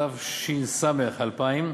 התש"ס 2000,